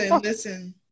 listen